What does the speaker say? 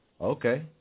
Okay